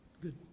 good